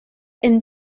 and